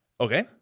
Okay